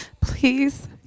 Please